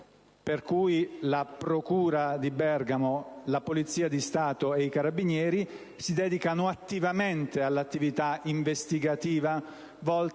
per cui la procura, la Polizia di Stato e i Carabinieri si dedicano operosamente all'attività investigativa